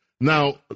Now